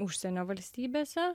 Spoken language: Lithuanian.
užsienio valstybėse